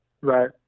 Right